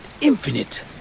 infinite